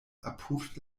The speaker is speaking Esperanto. apud